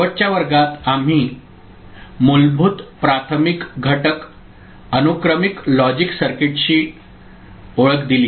शेवटच्या वर्गात आम्ही मूलभूत प्राथमिक घटक अनुक्रमिक लॉजिक सर्किटशी ओळख दिली